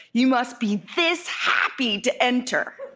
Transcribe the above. you must be this happy to enter.